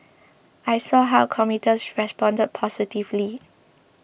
I saw how commuters responded positively